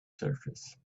surface